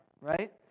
right